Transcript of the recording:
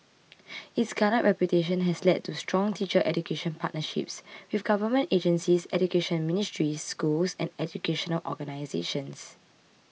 its garnered reputation has led to strong teacher education partnerships with government agencies education ministries schools and educational organisations